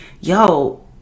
yo